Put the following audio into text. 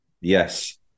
Yes